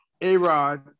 A-Rod